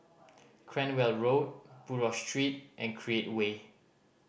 Cranwell Road Buroh Street and Create Way